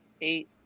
eight